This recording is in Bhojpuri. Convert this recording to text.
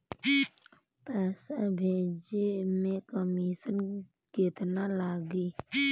पैसा भेजे में कमिशन केतना लागि?